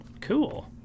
Cool